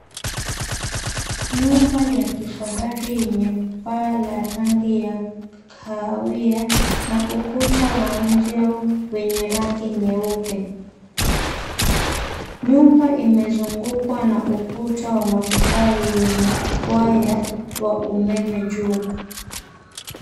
Nyumba ya kifahari yenye paa la rangi ya kahawia na ukuta wa nje wenye rangi nyeupe. Nyumba imezugukwa na ukuta wa matofali wenye paa ya umeme juu.